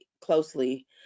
closely